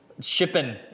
shipping